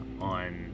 on